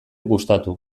gustatu